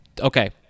okay